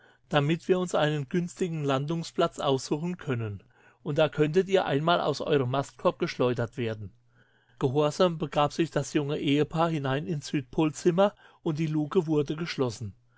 damit wir uns einen günstigen landungsplatz aussuchen können und da könntet ihr einmal aus eurem mastkorb geschleudert werden gehorsam begab sich das junge ehepaar hinein ins südpolzimmer und die lucke wurde geschlossen